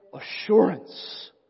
assurance